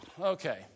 Okay